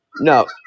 No